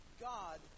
God